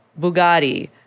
Bugatti